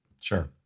Sure